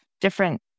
different